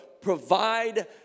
provide